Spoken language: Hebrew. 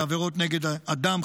בעבירות נגד אדם,